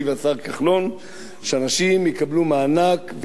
שאנשים יקבלו מענק וישמחו לעזוב את הארץ.